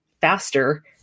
faster